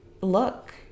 look